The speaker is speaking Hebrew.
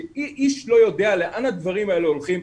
שאיש לא יודע לאן הדברים האלה הולכים,